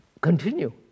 continue